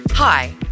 Hi